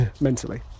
mentally